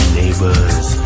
neighbors